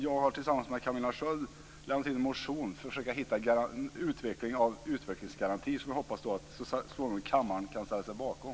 Jag har tillsammans med Camilla Sköld lämnat in en motion om utvecklingsgarantin, som jag hoppas att kammaren så småningom kan ställa sig bakom.